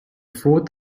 food